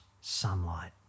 sunlight